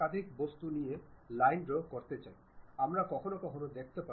centre সার্কেলগুলি আমার দেখার কথা